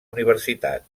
universitat